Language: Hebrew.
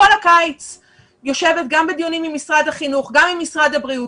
כל הקיץ אני יושבת גם בדיונים עם משרד החינוך וגם עם משרד הבריאות.